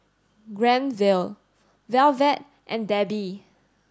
Granville Velvet and Debbi